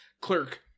clerk